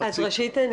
ראשית,